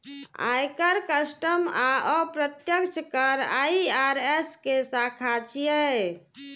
आयकर, कस्टम आ अप्रत्यक्ष कर आई.आर.एस के शाखा छियै